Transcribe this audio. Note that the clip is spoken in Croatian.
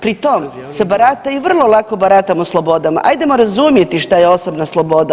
Pritom se barata i vrlo baratamo slobodama, ajdemo razumjeti što je osobna sloboda.